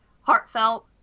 heartfelt